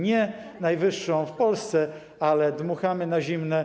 Nie najwyższą w Polsce, ale dmuchamy na zimne.